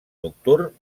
nocturn